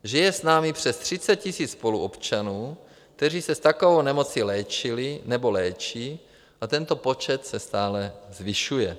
Žije s námi přes 30 000 spoluobčanů, kteří se s takovou nemocí léčili nebo léčí, a tento počet se stále zvyšuje.